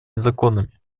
незаконными